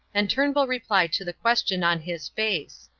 and turnbull replied to the question on his face.